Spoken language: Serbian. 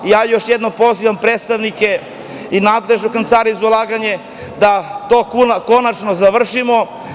Još jednom pozivam predstavnike i nadležne u Kancelariji za ulaganje da to konačno završimo.